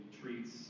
treats